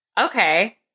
Okay